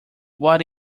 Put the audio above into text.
what